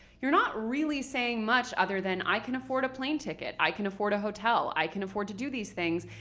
you're not really saying much, other than i can afford a plane ticket. i can afford a hotel. i can afford to do these things.